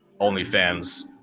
OnlyFans